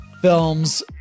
films